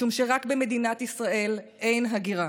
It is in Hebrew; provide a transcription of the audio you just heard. משום שרק במדינת ישראל אין הגירה,